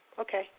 okay